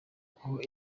aho